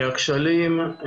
הכשלים,